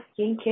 skincare